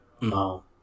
no